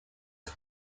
its